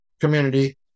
community